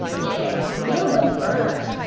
yes! feel the burn!